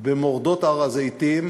במורדות הר-הזיתים,